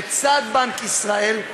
לצד בנק ישראל,